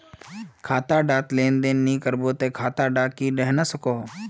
खाता डात लेन देन नि करबो ते खाता दा की रहना सकोहो?